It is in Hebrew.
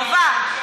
חובה.